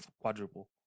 quadruple